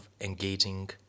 engaging